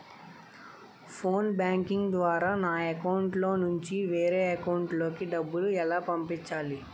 Phone banking ద్వారా నా account నుంచి వేరే అకౌంట్ లోకి డబ్బులు ఎలా పంపించాలి?